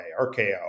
rko